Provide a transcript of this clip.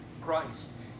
Christ